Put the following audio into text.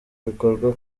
bikorwa